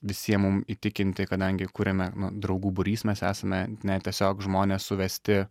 visiem mum įtikinti kadangi kuriame draugų būrys mes esame ne tiesiog žmonės suvesti